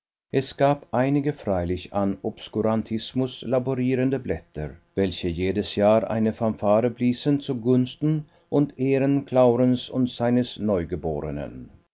es gab einige freilich an obskurantismus laborierende blätter welche jedes jahr eine fanfare bliesen zu gunsten und ehren claurens und seines neugeborenen